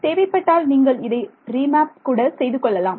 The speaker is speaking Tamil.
தேவைப்பட்டால் நீங்கள் இதை ரீமேப் கூட செய்து கொள்ளலாம்